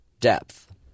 depth